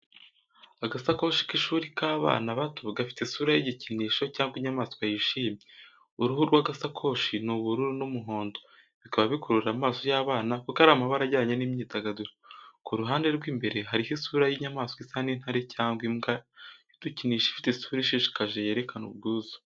Agasakoshi k’ishuri k’abana bato gafite isura y’igikinisho cyangwa inyamaswa yishimye. Uruhu rw’agasakoshi ni ubururu n’umuhondo, bikaba bikurura amaso y’abana kuko ari amabara ajyanye n’imyidagaduro. Ku ruhande rw’imbere hariho isura y’inyamaswa isa n’intare cyangwa imbwa y’udukinisho ifite isura ishishikaje yerekana ubwuzu.